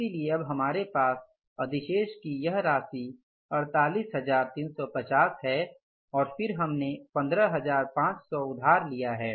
इसलिए अब हमारे पास अधिशेष की यह राशि 48450 है और फिर हमने 15500 उधार लिया है